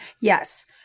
Yes